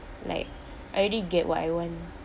like I already get what I want